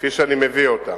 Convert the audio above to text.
כפי שאני מביא אותה.